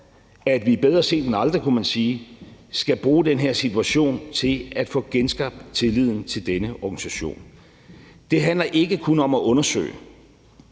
at vi – bedre sent end aldrig, kunne man sige – skal bruge den her situation til at få genskabt tilliden til denne organisation. Det handler ikke kun om at undersøge